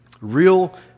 Real